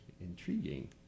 Intriguing